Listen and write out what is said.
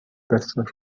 bester